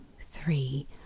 three